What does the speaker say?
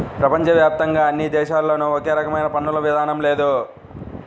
ప్రపంచ వ్యాప్తంగా అన్ని దేశాల్లోనూ ఒకే రకమైన పన్నుల విధానం లేదు